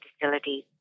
facilities